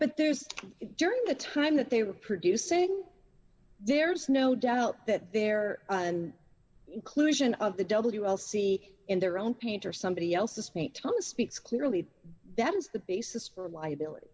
but there's during the time that they were producing there's no doubt that their and inclusion of the w l c in their own page or somebody else's point home speaks clearly that is the basis for liability